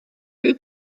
who